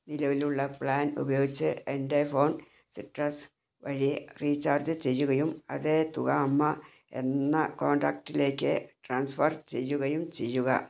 നിലവിലുള്ള പ്ലാൻ ഉപയോഗിച്ച് എൻ്റെ ഫോൺ സിട്രസ് വഴി റീചാർജ് ചെയ്യുകയും അതേ തുക അമ്മ എന്ന കോൺടാക്റ്റിലേക്ക് ട്രാൻസ്ഫർ ചെയ്യുകയും ചെയ്യുക